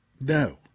No